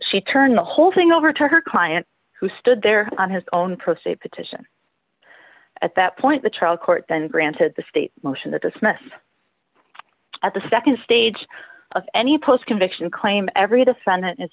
she turned the whole thing over to her client who stood there on his own proceed petition at that point the trial court then granted the state motion to dismiss at the nd stage of any post conviction claim every defendant is